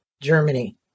germany